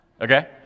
okay